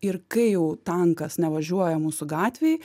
ir kai jau tankas nevažiuoja mūsų gatvėj